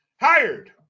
hired